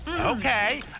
okay